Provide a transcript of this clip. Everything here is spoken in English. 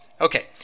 Okay